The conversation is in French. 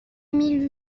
mille